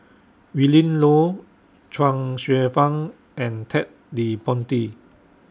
Willin Low Chuang Hsueh Fang and Ted De Ponti